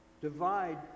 divide